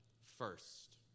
First